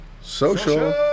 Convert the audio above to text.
Social